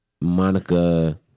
Monica